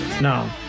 No